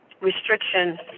restriction